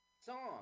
song